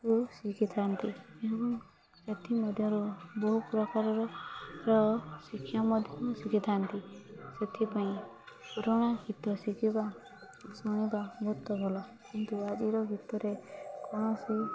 କୁ ଶିଖିଥାନ୍ତି ଏବଂ ଏଥିମଧ୍ୟରୁ ବହୁ ପ୍ରକାରର ର ଶିକ୍ଷା ମଧ୍ୟ ଶିଖିଥାନ୍ତି ସେଥିପାଇଁ ପୁରୁଣା ଗୀତ ଶିଖିବା ଶୁଣିବା ବହୁତ ଭଲ କିନ୍ତୁ ଆଜିର ଗୀତରେ କୌଣସି